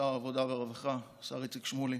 שר העבודה והרווחה איציק שמולי,